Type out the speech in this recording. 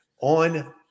On